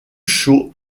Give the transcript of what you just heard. chaud